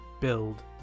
build